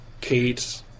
Kate